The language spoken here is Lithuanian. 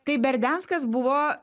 tai berdianskas buvo